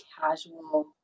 casual